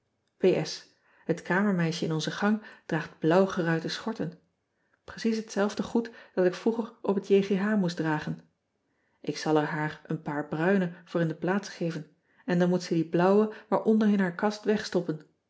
et kamermeisje in onze gang draagt blauw geruite schorten recies hetzelfde goed dat ik vroeger op het moest dragen k zal er haar een paar bruine voor in de plaats geven en dan moet ze die blauwe maar onder in haar kast wegstoppen